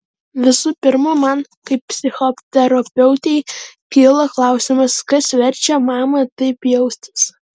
visų pirma man kaip psichoterapeutei kyla klausimas kas verčia mamą taip jaustis